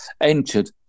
entered